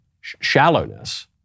shallowness